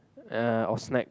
uh or snack